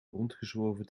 rondgezworven